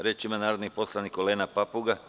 Reč ima narodni poslanik Olena Papuga.